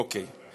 עד כאן.